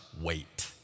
wait